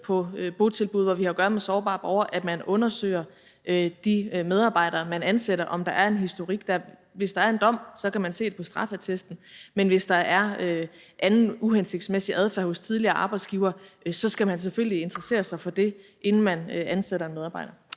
på botilbud, hvor vi har at gøre med sårbare borgere, at man undersøger de medarbejdere, man ansætter, i forhold til om der er en historik; altså, hvis der er en dom, så kan man se det på straffeattesten. Men hvis der har været anden uhensigtsmæssig adfærd hos tidligere arbejdsgivere, skal man selvfølgelig interessere sig for det, inden man ansætter en medarbejder.